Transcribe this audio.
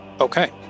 Okay